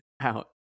out